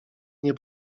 nie